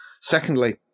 Secondly